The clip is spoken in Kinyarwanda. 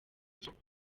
cyane